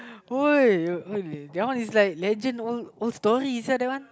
boy that one is like legend old old story sia that one